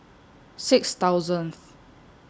six thousandth